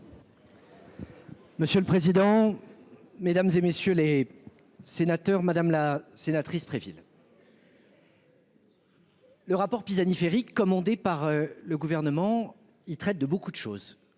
Monsieur le président, Mesdames, et messieurs les sénateurs, madame la sénatrice Preville. Le rapport Pisani-Ferry commandé par le gouvernement. Il traite de beaucoup de choses